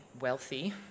wealthy